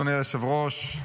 אדוני היושב-ראש.